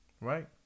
right